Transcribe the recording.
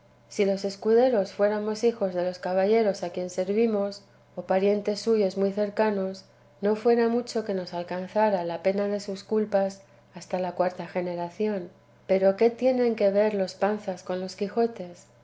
si los escuderos fuéramos hijos de los caballeros a quien servimos o parientes suyos muy cercanos no fuera mucho que nos alcanzara la pena de sus culpas hasta la cuarta generación pero qué tienen que ver los panzas con los quijotes